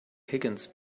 higgins